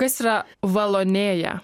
kas yra valonėja